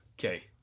Okay